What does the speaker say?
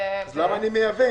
אז למה אנחנו מייבאים?